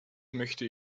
möchte